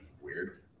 weird